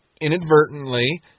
inadvertently